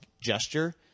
gesture